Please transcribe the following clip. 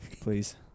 please